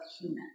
human